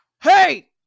Hey